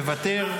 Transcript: לא.